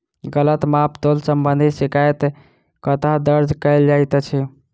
गलत माप तोल संबंधी शिकायत कतह दर्ज कैल जाइत अछि?